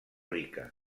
rica